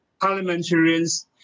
parliamentarians